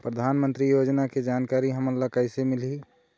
परधानमंतरी योजना के जानकारी हमन ल कइसे मिलही?